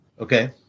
Okay